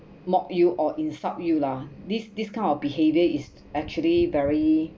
mock you or insult you lah this this kind of behavior is actually very